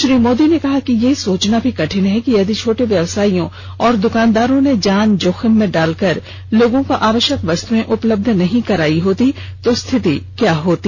श्री मोदी ने कहा कि यह सोचना भी कठिन है कि यदि छोटे व्यवसायियों और दुकानदारों ने जान जोखिम डाल कर लोगों को आवश्यक वस्तुएं उपलब्य नहीं करायी होती तो स्थिति क्या होती